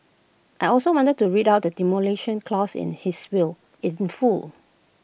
I also wanted to read out the Demolition Clause in his will in full